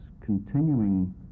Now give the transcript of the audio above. continuing